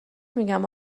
میگم